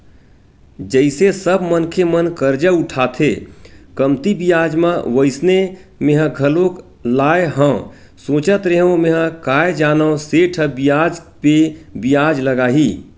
जइसे सब मनखे मन करजा उठाथे कमती बियाज म वइसने मेंहा घलोक लाय हव सोचत रेहेव मेंहा काय जानव सेठ ह बियाज पे बियाज लगाही